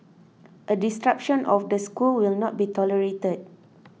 a disruption of the school will not be tolerated